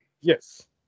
Yes